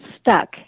stuck